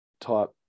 type